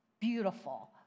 beautiful